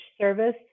service